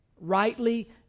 Rightly